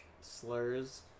slurs